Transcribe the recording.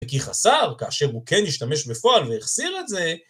וכי חסר, כאשר הוא כן ישתמש בפועל והחסיר את זה,